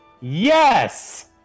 Yes